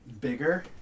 bigger